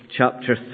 chapter